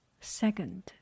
Second